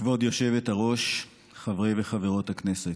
כבוד היושבת-ראש, חברי וחברות הכנסת,